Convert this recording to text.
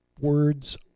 words